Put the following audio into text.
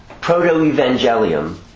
Proto-Evangelium